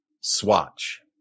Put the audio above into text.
swatch